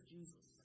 Jesus